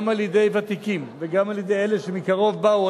גם על-ידי ותיקים וגם על-ידי אלה שמקרוב באו,